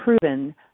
proven